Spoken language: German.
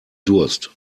durst